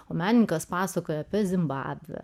o menininkas pasakoja apie zimbabvę